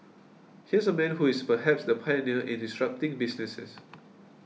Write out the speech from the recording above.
here's a man who is perhaps the pioneer in disrupting businesses